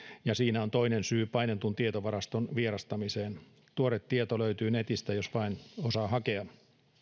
ja siinä on toinen syy painetun tietovaraston vierastamiseen tuore tieto löytyy netistä jos vain osaa hakea